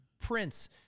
prince